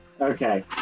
Okay